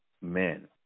men